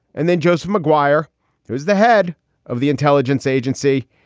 and then joseph mcguire was the head of the intelligence agency,